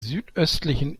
südöstlichen